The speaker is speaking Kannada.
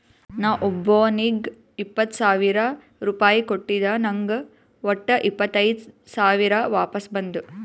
ನಾ ಒಬ್ಬೋನಿಗ್ ಇಪ್ಪತ್ ಸಾವಿರ ರುಪಾಯಿ ಕೊಟ್ಟಿದ ನಂಗ್ ವಟ್ಟ ಇಪ್ಪತೈದ್ ಸಾವಿರ ವಾಪಸ್ ಬಂದು